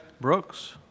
Brooks